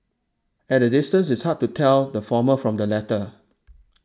at a distance it's hard to tell the former from the latter